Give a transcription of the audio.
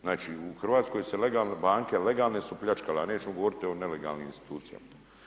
Znači u Hrvatskoj se legalno, banke legalno su pljačkale, a nećemo govoriti o nelegalnim institucijama.